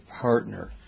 partner